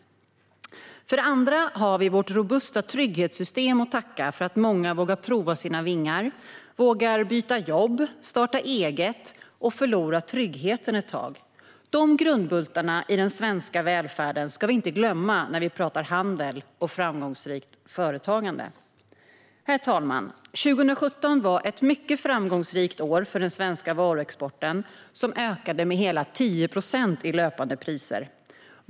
För det andra har vi vårt robusta trygghetssystem att tacka för att många vågar pröva sina vingar, vågar byta jobb, starta eget och förlora tryggheten ett tag. De grundbultarna i den svenska välfärden ska vi inte glömma när vi pratar om handel och framgångsrikt företagande. Herr talman! 2017 var ett mycket framgångsrikt år för den svenska varuexporten som ökade med hela 10 procent i löpande priser.